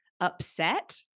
upset